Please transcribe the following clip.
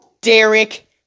Derek